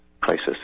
crisis